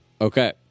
Okay